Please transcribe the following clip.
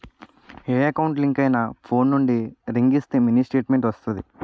ఏ account link అయినా phone నుండి ring ఇస్తే మినీ స్టేట్మెంట్ వస్తాది